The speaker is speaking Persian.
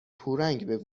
پورنگ